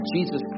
Jesus